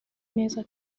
neza